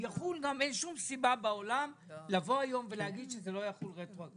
אין שום סיבה שבעולם להגיד שזה לא יחול רטרואקטיבית.